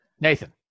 Nathan